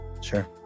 Sure